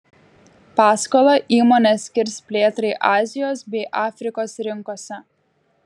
paskolą įmonė skirs plėtrai azijos bei afrikos rinkose